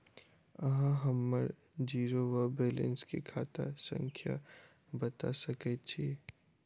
अहाँ हम्मर जीरो वा बैलेंस केँ खाता संख्या बता सकैत छी?